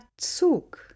Zug